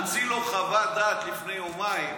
הוציא לו חוות דעת לפני יומיים,